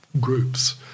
groups